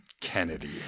Kennedy